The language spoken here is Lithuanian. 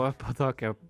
va po tokio